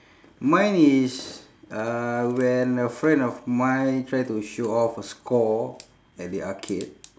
mine is uh when a friend of mine try to show off a score at the arcade